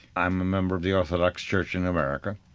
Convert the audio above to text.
i'm a member of the orthodox church in america,